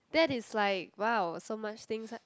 that is like wow so much things